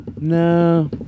No